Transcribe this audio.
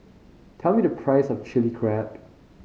tell me the price of Chili Crab